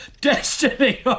Destiny